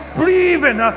breathing